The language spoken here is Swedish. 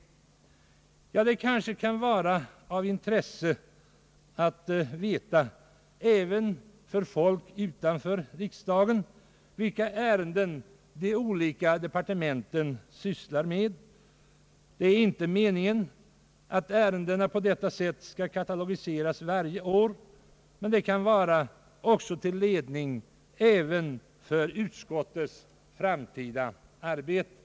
Ja, det kanske kan vara av intresse även för folk utanför riksdagen att veta, vilka ärenden de olika departementen sysslar med. Det är inte meningen att ärendena på detta sätt skall katalogiseras varje år, men det kan vara till ledning även för utskottets framtida arbete.